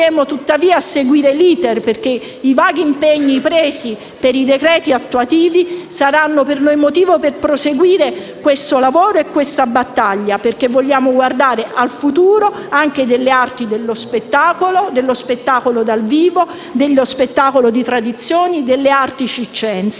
di questo provvedimento perché i vaghi impegni presi per i decreti attuativi saranno per noi motivo per proseguire questo lavoro e questa battaglia, perché vogliamo guardare al futuro anche delle arti dello spettacolo, dello spettacolo dal vivo, dello spettacolo di tradizioni e delle arti circensi.